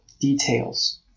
details